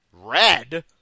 Red